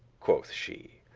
quoth she,